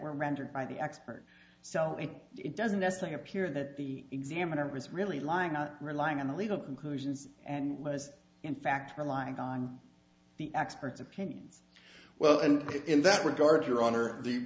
were rendered by the expert so it doesn't necessary appear that the examiner was really lying not relying on the legal conclusions and was in fact relying on the experts opinions well and good in that regard your honor the